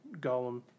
Gollum